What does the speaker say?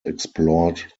explored